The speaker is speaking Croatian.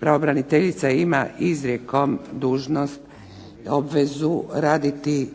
pravobraniteljica ima izrijekom dužnost obvezu raditi